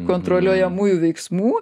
kontroliuojamųjų veiksmų